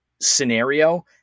scenario